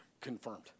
confirmed